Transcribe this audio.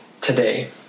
today